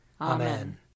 Amen